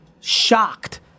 shocked